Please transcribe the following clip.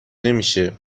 نمیشه